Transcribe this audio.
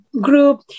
group